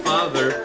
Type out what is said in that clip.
Father